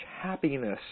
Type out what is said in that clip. happiness